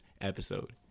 episode